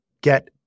get